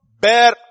bear